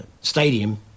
stadium